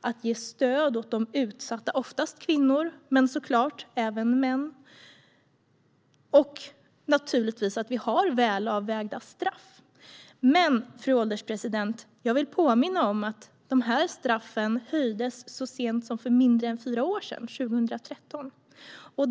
att ge stöd åt de utsatta - oftast kvinnor, men såklart även män - och naturligtvis att vi har välavvägda straff. Men, fru ålderspresident, jag vill påminna om att dessa straff höjdes så sent som för mindre än fyra år sedan - 2013.